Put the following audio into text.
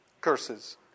Curses